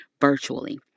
virtually